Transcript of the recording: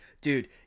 dude